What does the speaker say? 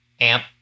amp